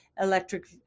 electric